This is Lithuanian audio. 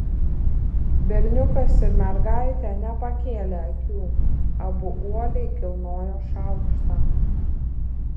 berniukas ir mergaitė nepakėlė akių abu uoliai kilnojo šaukštą